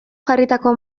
jarritako